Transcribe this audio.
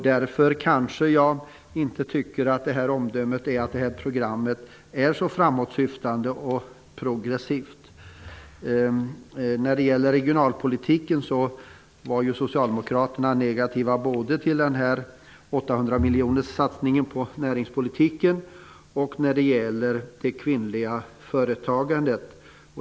Därför kanske jag inte kan hålla med om omdömet att programmet är framåtsyftande och progressivt. När det gäller regionalpolitiken var socialdemokraterna negativa till både 800 miljonerssatsningen på näringspolitiken och det kvinnliga företagandet.